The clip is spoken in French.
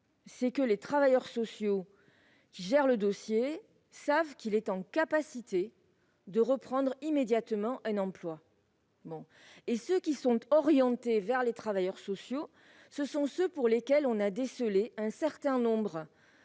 c'est que les travailleurs sociaux qui gèrent son dossier savent qu'il est en mesure de reprendre immédiatement un emploi ; ceux qui sont orientés vers les travailleurs sociaux sont ceux pour lesquels on a décelé un certain nombre